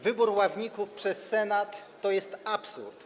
Wybór ławników przez Senat to jest absurd.